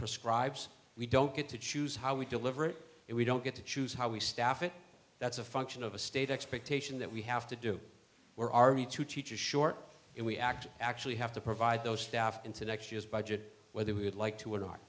prescribes we don't get to choose how we deliver it we don't get to choose how we staff it that's a function of a state expectation that we have to do or are we to teachers short and we act actually have to provide those staff into next year's budget whether we would like to or not